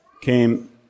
came